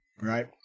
Right